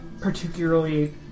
particularly